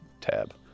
tab